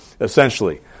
essentially